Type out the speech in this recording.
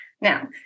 now